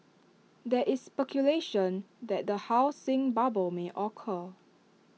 there is speculation that A housing bubble may occur